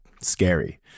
scary